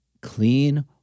clean